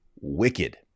wicked